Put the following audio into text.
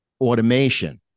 automation